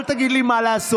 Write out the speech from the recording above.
אל תגיד לי מה לעשות.